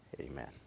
Amen